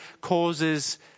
causes